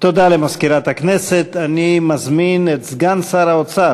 תוצאות המיצ"ב: הפער מעמיק לטובת העשירים והחזקים.